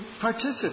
participate